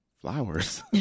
flowers